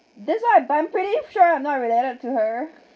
that's why but I'm I'm pretty sure I'm not related to her